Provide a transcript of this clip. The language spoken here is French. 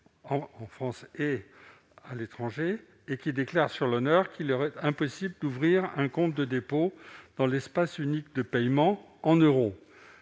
domiciliées à l'étranger et qui déclarent sur l'honneur qu'il leur est impossible d'ouvrir un compte de dépôt dans l'espace unique de paiement en euros.